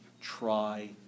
try